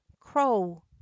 Crow